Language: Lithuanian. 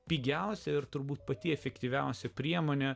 pigiausia ir turbūt pati efektyviausia priemonė